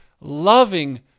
loving